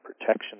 Protection